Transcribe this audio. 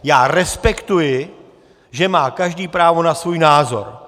Já respektuji, že má každý právo na svůj názor.